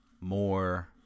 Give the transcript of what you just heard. more